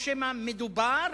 או שמא מדובר